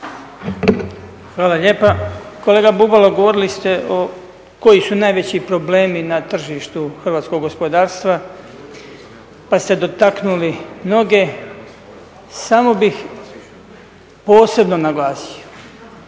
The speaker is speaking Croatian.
Hvala lijepa. Kolega Bubalo govorili ste koji su najveći problemi na tržištu hrvatskog gospodarstva, pa ste dotaknuli mnoge. Samo bih posebno naglasio,